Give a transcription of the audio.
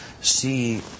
see